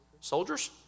Soldiers